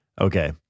Okay